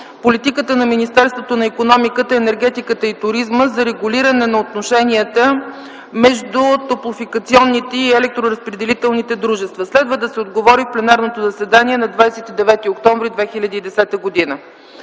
политиката на Министерството на икономиката, енергетиката и туризма за регулиране на отношенията между топлофикационните и електроразпределителните дружества. Следва да се отговори в пленарното заседание на 29 октомври 2010 г.